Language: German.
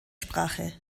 sprache